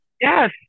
Yes